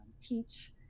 teach